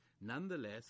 Nonetheless